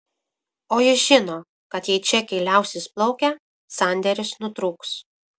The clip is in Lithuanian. o jis žino kad jei čekiai liausis plaukę sandėris nutrūks